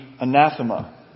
anathema